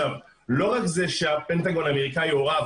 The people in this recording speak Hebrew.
לא רק זה שהפנטגון האמריקאי הורה,